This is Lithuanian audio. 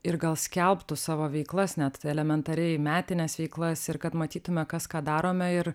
ir gal skelbtų savo veiklas net elementariai metines veiklas ir kad matytume kas ką darome ir